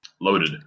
loaded